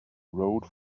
rode